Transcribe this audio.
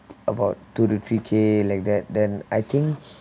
about two to three k like that then I think